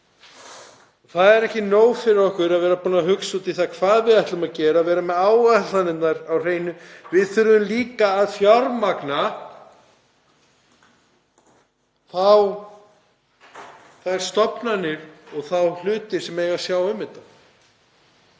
Það er ekki nóg fyrir okkur að vera búin að hugsa út í það hvað við ætlum að gera, vera með á staðreyndirnar á hreinu, við þurfum líka að fjármagna þær stofnanir og þá þætti sem eiga að sjá um þetta.